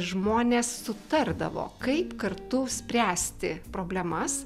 žmonės sutardavo kaip kartu spręsti problemas